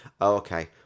Okay